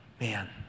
Man